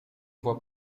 vois